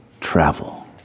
travel